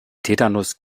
tetanus